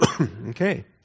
Okay